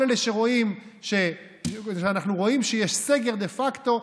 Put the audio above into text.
כל אלה שאנחנו רואים שיש סגר דה פקטו,